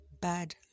bad